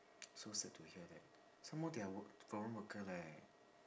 so sad to hear that some more they are work foreign worker leh